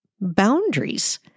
boundaries